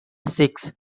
six